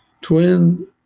Twin